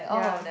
yeah